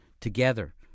together